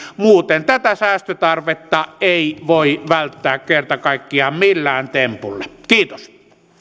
muuten tätä säästötarvetta ei voi välttää kerta kaikkiaan millään tempulla kiitos